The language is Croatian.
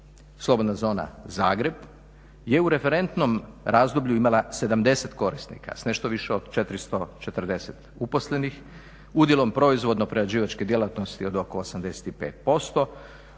Slobodna zona Zagreb je u referentnom razdoblju imala 70 korisnika s nešto više od 440 uposlenih, udjelom proizvodno prerađivačke djelatnosti od oko 85%,